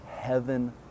Heaven